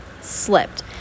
slipped